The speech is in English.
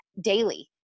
daily